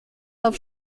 auf